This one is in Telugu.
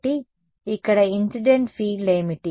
కాబట్టి ఇక్కడ ఇన్సిడెంట్ ఫీల్డ్ ఏమిటి